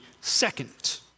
second